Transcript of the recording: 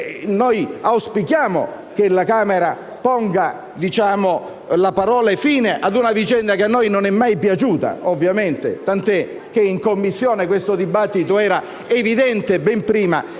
auspichiamo che la Camera ponga la parola fine a una vicenda che a noi non è mai piaciuta, tant'è che in Commissione questo dibattito era evidente ben prima